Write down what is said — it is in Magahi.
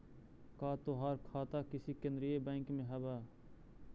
का तोहार खाता किसी केन्द्रीय बैंक में हव